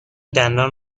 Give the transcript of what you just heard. دندان